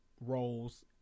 roles